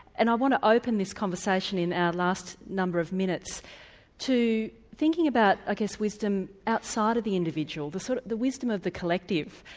and i want to open this conversation in our last number of minutes to thinking about i ah guess wisdom outside of the individual, the sort of the wisdom of the collective,